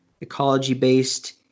ecology-based